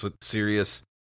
serious